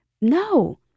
No